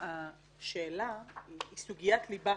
השאלה היא סוגיית הליבה.